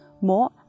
More